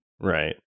right